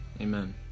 Amen